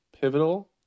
pivotal